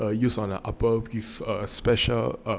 err use on an upper err special err